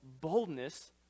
boldness